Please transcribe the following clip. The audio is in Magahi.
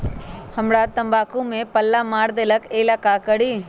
हमरा तंबाकू में पल्ला मार देलक ये ला का करी?